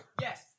Yes